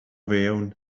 fewn